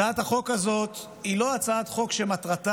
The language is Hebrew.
הצעת החוק הזאת היא לא הצעת חוק שמטרתה